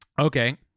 Okay